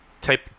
type